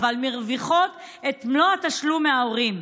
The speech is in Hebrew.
מרוויחות את מלוא התשלום מההורים?